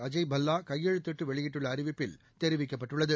அஜய் பல்வா கையெழுத்திட்டு வெளியிட்டுள்ள அறிவிப்பில் தெரிவிக்கப்பட்டுள்ளது